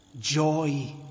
Joy